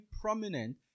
prominent